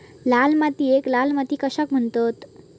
लाल मातीयेक लाल माती कशाक म्हणतत?